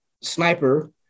Sniper